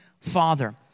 father